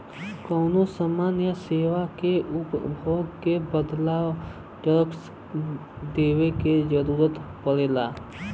कउनो समान या सेवा के उपभोग के बदले टैक्स देवे क जरुरत पड़ला